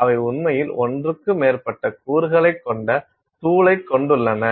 அவை உண்மையில் ஒன்றுக்கு மேற்பட்ட கூறுகளைக் கொண்ட தூளைக் கொண்டுள்ளன